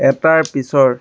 এটাৰ পিছৰ